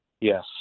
Yes